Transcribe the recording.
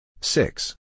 Six